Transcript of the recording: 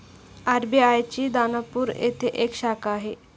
RBI ची दानापूर येथे एक शाखा आहे